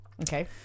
okay